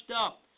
up